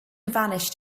vanished